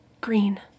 Green